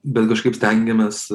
bet kažkaip stengiamės